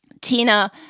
Tina